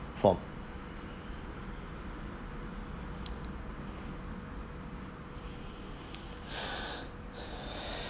for